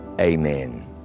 amen